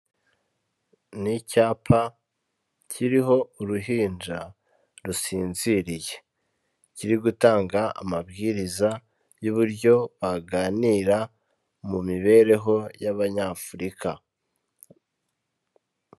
Ni icyapa kiriho uruhinja rusinziriye, kiri gutanga amabwiriza y'uburyo baganira mu mibereho y'Abanyafurika.